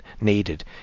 needed